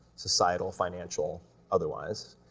societal, financial otherwise,